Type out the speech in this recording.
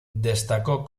destacó